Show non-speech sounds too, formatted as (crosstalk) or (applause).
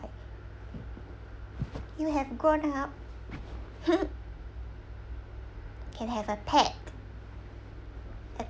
you have grown up (laughs) can have a pet a